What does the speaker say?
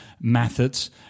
methods